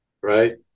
right